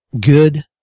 good